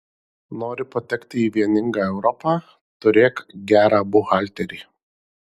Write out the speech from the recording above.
nori patekti į vieningą europą turėk gerą buhalterį